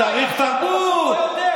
שטות מוחלטת.